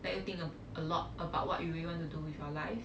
let you think of a lot about what you really want to do with your life